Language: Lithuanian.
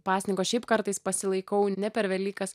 pasninko šiaip kartais pasilaikau ne per velykas